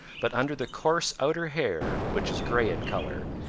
but under the coarse outer hair, which is gray in color,